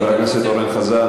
חבר הכנסת דב חנין.